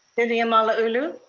vivian malauulu?